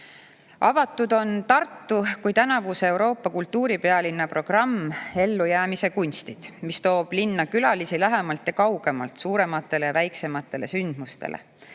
andnud. Avatud on Tartu kui tänavuse Euroopa kultuuripealinna programm "Ellujäämise kunstid", mis toob linna külalisi lähemalt ja kaugemalt, suurematele ja väiksematele sündmustele.